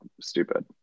stupid